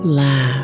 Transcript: laugh